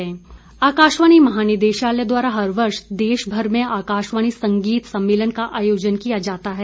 आकाशवाणी संगीत आकाशवाणी महानिदेशालय द्वारा हर वर्ष देश भर में आकाशवाणी संगीत सम्मेलन का आयोजन किया जाता है